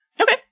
Okay